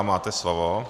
Máte slovo.